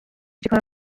چیکار